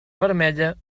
vermella